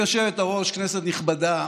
גברתי היושבת-ראש, כנסת נכבדה,